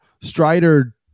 Strider